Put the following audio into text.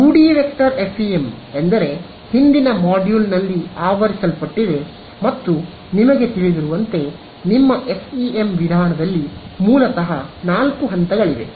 2 D vector FEM ಎಂದರೆ ಹಿಂದಿನ ಮಾಡ್ಯೂಲ್ನಲ್ಲಿ ಆವರಿಸಲ್ಪಟ್ಟಿದೆ ಮತ್ತು ನಿಮಗೆ ತಿಳಿದಿರುವಂತೆ ನಿಮ್ಮ ಎಫ್ಇಎಂ ವಿಧಾನದಲ್ಲಿ ಮೂಲತಃ ನಾಲ್ಕು ಹಂತಗಳಿವೆ